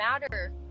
matter